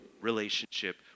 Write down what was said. relationship